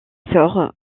sort